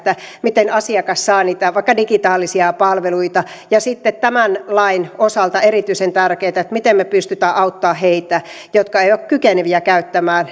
miten asiakas saa vaikka niitä digitaalisia palveluita sitten tämän lain osalta on erityisen tärkeätä miten me pystymme auttamaan niitä jotka eivät ole kykeneviä käyttämään